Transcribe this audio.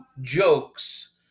jokes